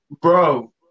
Bro